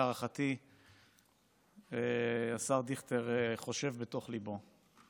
להערכתי השר דיכטר חושב בליבו.